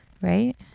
right